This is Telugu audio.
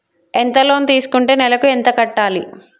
ఎంత లోన్ తీసుకుంటే నెలకు ఎంత కట్టాలి?